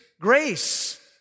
grace